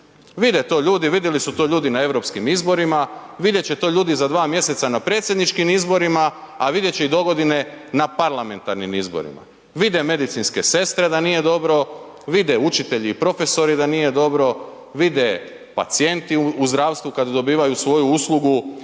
Vide to ljudi, vidjeli su to ljudi na europskim izborima, vidjet će to ljudi za dva mjeseca na predsjedničkim izborima, a vidjet će i dogodine na parlamentarnim izborima. Vide medicinske sestre da nije dobro, vide učitelji i profesori da nije dobro, vide pacijenti u zdravstvu kada dobivaju svoju uslugu,